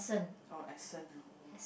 oh essence ah !wah!